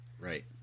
Right